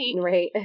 Right